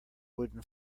wooden